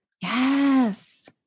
yes